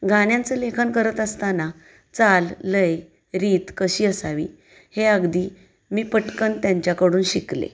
गाण्याचं लेखन करत असताना चाल लय रीत कशी असावी हे अगदी मी पटकन त्यांच्याकडून शिकले